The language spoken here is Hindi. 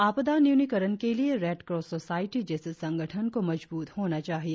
आपदा न्यूनीकरण के लिए रेड क्रॉस सोसायटी जैसे संगठन को मजबूत होना चाहिए